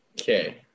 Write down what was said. Okay